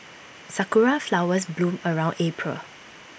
Sakura Flowers bloom around April